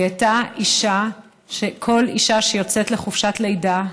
היא הייתה אישה שכל אישה שיוצאת לחופשת לידה,